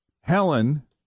Helen